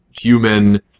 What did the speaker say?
human